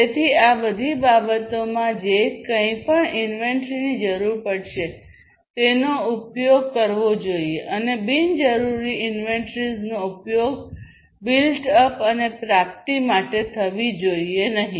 તેથી આ બધી બાબતોમાં જે કંઈપણ ઇન્વેન્ટરીની જરૂર પડશે તેનો ઉપયોગ કરવો જોઈએ અને બિનજરૂરી ઇન્વેન્ટરીઝનો ઉપયોગ બિલ્ટ અપ અને પ્રાપ્તિ માટે થવી જોઈએ નહીં